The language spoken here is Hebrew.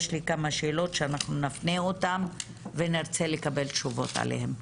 יש לי כמה שאלות שאנחנו נפנה אותן ונרצה לקבל תשובות עליהן.